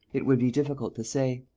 it would be difficult to say.